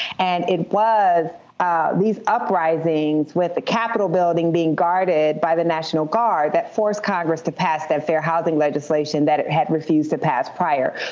and it was ah these uprisings with the capitol building being guarded by the national guard that forced congress to pass that fair housing legislation that it had refused to pass prior.